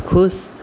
खुश